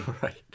Right